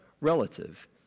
relative